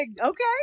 okay